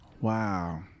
Wow